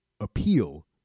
appeal